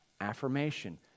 affirmation